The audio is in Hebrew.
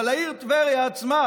העיר טבריה עצמה